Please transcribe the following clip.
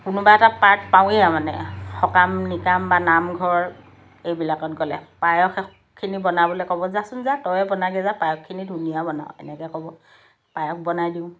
কোনোবা এটা পাৰ্ট পাওঁৱেই মানে সকাম নিকাম বা নামঘৰ এইবিলাকত গ'লে পায়সখিনি বনাবলৈ ক'ব যাচোন যা তয়ে বনাগৈ যা পায়সখিনি ধুনীয়া বনাৱ এনেকৈ ক'ব পায়স বনাই দিওঁ